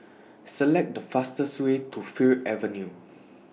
Select The fastest Way to Fir Avenue